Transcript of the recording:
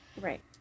Right